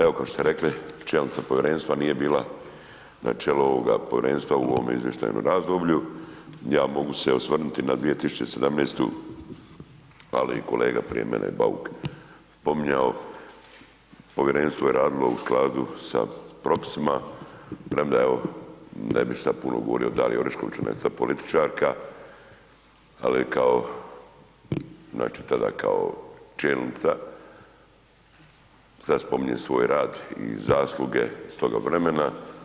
Evo, kao što ste rekli, čelnica povjerenstva nije bila na čelu ovoga povjerenstva u ovom izvještajnom razdoblju di ja mogu se osvrnuti na 2017., ali i kolega prije mene, Bauk, spominjao, povjerenstvo je radilo u skladu sa propisima, prema je, ne bih sad puno govorio da li je Orešković ... političarka, ali kao, znači tada kao čelnica sad spominje svoj rad i zasluge iz toga vremena.